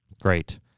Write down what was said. Great